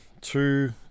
two